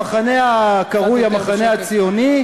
במחנה הקרוי המחנה הציוני,